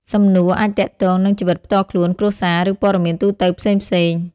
សំណួរអាចទាក់ទងនឹងជីវិតផ្ទាល់ខ្លួន គ្រួសារ ឬព័ត៌មានទូទៅផ្សេងៗ។